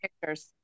pictures